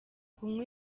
kunywa